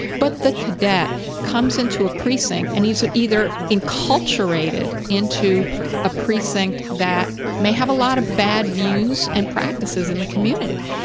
but the cadet comes into a precinct and he's ah either enculturated into a precinct that may have a lot of bad views and practices in the community.